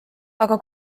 aga